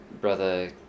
brother